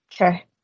Okay